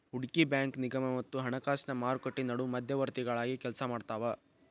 ಹೂಡಕಿ ಬ್ಯಾಂಕು ನಿಗಮ ಮತ್ತ ಹಣಕಾಸಿನ್ ಮಾರುಕಟ್ಟಿ ನಡು ಮಧ್ಯವರ್ತಿಗಳಾಗಿ ಕೆಲ್ಸಾಮಾಡ್ತಾವ